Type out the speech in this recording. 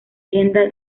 tienda